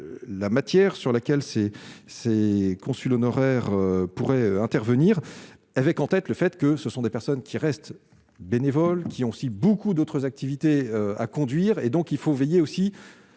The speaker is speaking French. la matière sur laquelle s'est c'est consul honoraire pourrait intervenir avec en tête le fait que ce sont des personnes qui restent bénévoles qui ont aussi beaucoup d'autres activités à conduire et donc il faut veiller aussi